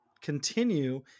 continue